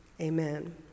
Amen